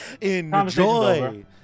Enjoy